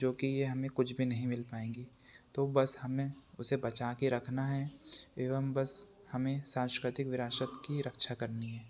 जो कि ये हमें कुछ भी नहीं मिल पाएँगी तो बस हमें उसे बचा के रखना है एवम बस हमें सांस्कृतिक विरासत की रक्षा करनी है